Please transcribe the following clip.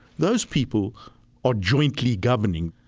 those people are jointly governing.